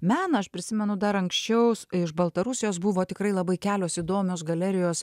meną aš prisimenu dar anksčiaus iš baltarusijos buvo tikrai labai kelios įdomios galerijos